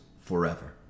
forever